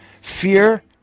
Fear